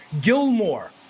Gilmore